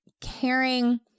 caring